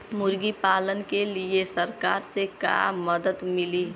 मुर्गी पालन के लीए सरकार से का मदद मिली?